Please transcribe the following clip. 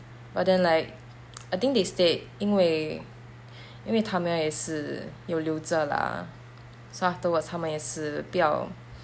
but then like I think they stayed 因为因为她们也是有留着啦 so afterwards 她们也是不要